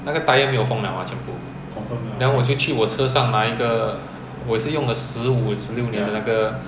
那个 tyre 没有风 liao mah 全部 then 我就去我车上拿一个我也是用了十五十六年的那个